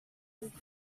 and